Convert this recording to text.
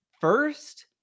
first